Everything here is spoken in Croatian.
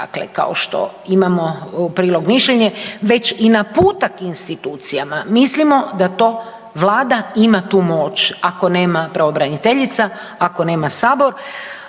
dakle kao što imamo u prilogu mišljenje, već i naputak institucijama. Mislimo da to Vlada ima tu moć ako nema pravobraniteljica, ako nema Sabor